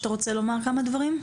אתה רוצה לומר כמה דברים?